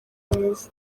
mwiza